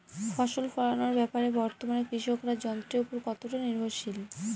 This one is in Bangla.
ফসল ফলানোর ব্যাপারে বর্তমানে কৃষকরা যন্ত্রের উপর কতটা নির্ভরশীল?